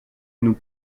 nous